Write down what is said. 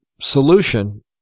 solution